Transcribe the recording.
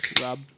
Rob